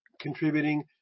contributing